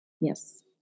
Yes